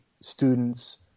students